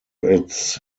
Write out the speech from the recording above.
its